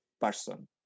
person